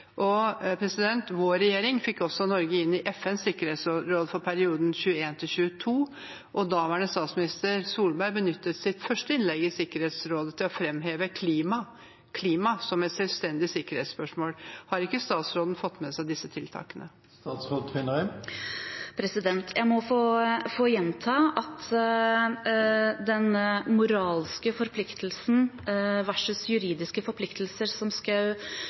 Vår regjering fikk også Norge inn i FNs sikkerhetsråd for perioden 2021–2022, og daværende statsminister Solberg benyttet sitt første innlegg i Sikkerhetsrådet til å fremheve klima som et selvstendig sikkerhetsspørsmål. Har ikke statsråden fått med seg disse tiltakene? Jeg må få gjenta, når det gjelder den moralske forpliktelsen versus juridiske forpliktelser, som